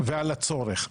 ועל הצורך.